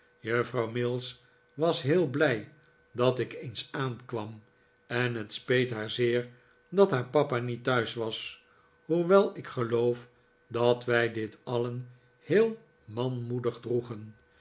juffrouw mills was heel blij dat ik eens aankwam en het speet haar zeer dat haar papa niet thuis was hoewel ik geloof dat wij dit alien heel manmoedig droegen